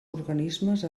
organismes